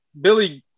billy